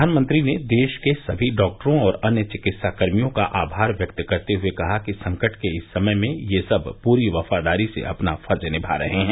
प्रधानमंत्री ने देश के समी डॉक्टरों और अन्य चिकित्साकर्मियों का आभार व्यक्त करते हए कहा कि संकट के इस समय में ये सब पूरी वफादारी से अपना फर्ज निभा रहे हैं